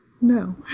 no